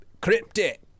cryptic